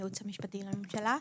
הייעוץ המשפטי לממשלה,